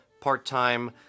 part-time